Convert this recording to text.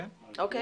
נצביע.